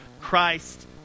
Christ